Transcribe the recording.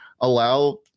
allow